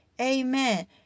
Amen